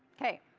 okay.